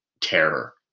terror